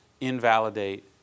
invalidate